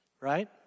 Right